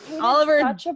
Oliver